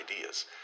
ideas